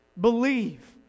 Believe